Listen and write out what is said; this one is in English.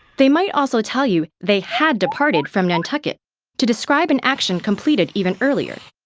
they might also tell you they had departed from nantucket to describe an action completed even earlier.